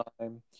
time